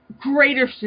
greater